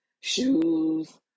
shoes